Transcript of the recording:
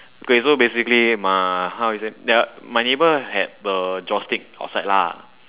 okay so basically my how we say the my neighbour had the joss stick outside lah